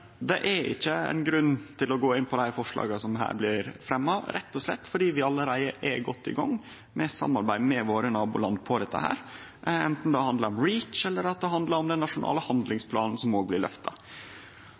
det er ikkje ein grunn til å gå inn på dei forslaga som blir fremja her, rett og slett fordi vi allereie er godt i gang med å samarbeide med nabolanda våre om dette, anten det handlar om REACH eller om den nasjonale